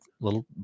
little